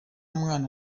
mwana